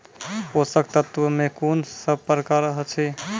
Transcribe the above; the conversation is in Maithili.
पोसक तत्व मे कून सब प्रकार अछि?